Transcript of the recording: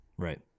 Right